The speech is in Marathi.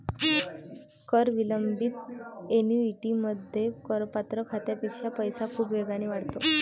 कर विलंबित ऍन्युइटीमध्ये, करपात्र खात्यापेक्षा पैसा खूप वेगाने वाढतो